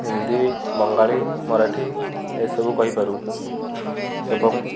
ହିନ୍ଦୀ ବଙ୍ଗାଳୀ ମରାଠୀ ଏସବୁ କହିପାରୁ ଏବଂ